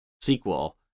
sequel